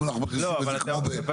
אם אנחנו מכניסים את כמו --- לא,